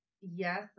yes